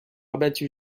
abattu